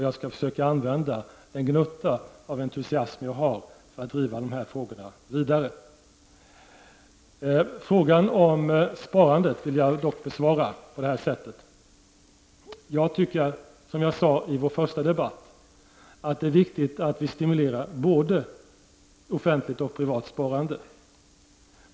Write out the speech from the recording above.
Jag skall försöka använda den gnutta av entusiasm jag har för att driva frågorna vidare. Frågan om sparandet vill jag besvara genom att säga följande. Som jag sade i vår första debatt tycker jag att det är viktigt att stimulera både offentligt och privat sparande.